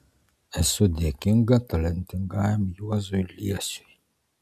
esu dėkinga talentingajam juozui liesiui